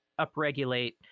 upregulate